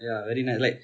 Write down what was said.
ya very nice like